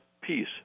peace